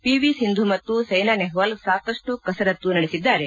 P V Sindhu ಮತ್ತು ಸೈನಾ ನೆಹವಾಲ್ ಸಾಕಷ್ಟು ಕಸರತ್ತು ನಡೆಸಿದ್ದಾರೆ